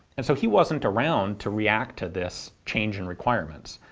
and so he wasn't around to react to this change in requirements.